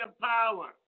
power